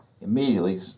immediately